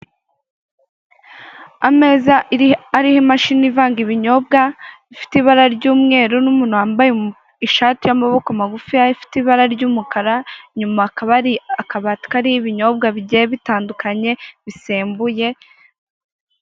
Ameza iri ariho imashini ivanga ibinyobwa, ifite ibara ry'umweru n'umuntu wambaye ishati y'amaboko magufiya ifite ibara ry'umukara, inyuma hakaba hari akabati kariho ibinyobwa bigiye bitandukanye, bisembuye.